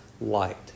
light